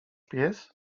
pies